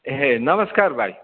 ए नमस्कार भाइ